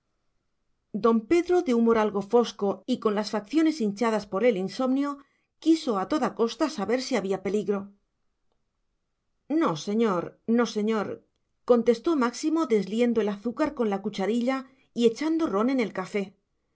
don pedro de humor algo fosco y con las facciones hinchadas por el insomnio quiso a toda costa saber si había peligro no señor no señor contestó máximo desliendo el azúcar con la cucharilla y echando ron en el café